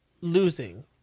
losing